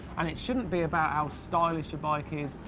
and it shouldn't be about how stylish a bike is.